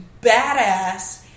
badass